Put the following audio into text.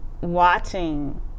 watching